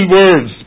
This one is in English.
words